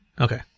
Okay